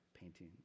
painting